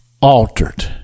altered